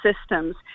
systems